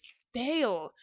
stale